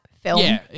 film